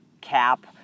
cap